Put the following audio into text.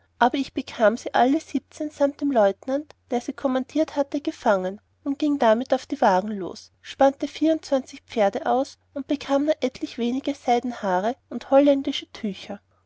aber ich bekam sie alle siebenzehen samt dem leutenant der sie kommandiert hatte gefangen und gieng damit auf die wägen los spannte vierundzwanzig pferde aus und bekam nur etliche wenige seidenware und holländische tücher